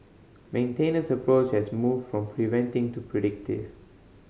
maintenance approach has moved from preventing to predictive